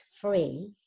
free